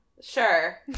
Sure